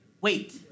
wait